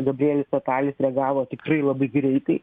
gabrieis atalis privalo tikrai labai greitai